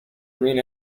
green